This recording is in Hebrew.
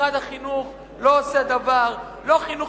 משרד החינוך לא עושה דבר, לא חינוך